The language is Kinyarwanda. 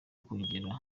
kongerera